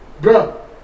bro